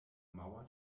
mauer